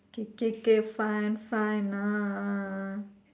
K K K fine fine ah